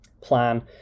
plan